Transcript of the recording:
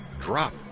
drop